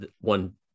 one